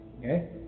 okay